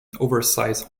oversize